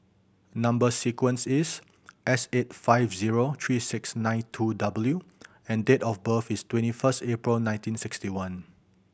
number sequence is S eight five zero three six nine two W and date of birth is twenty first April nineteen sixty one